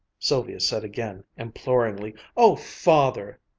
sylvia said again, imploringly, oh, father!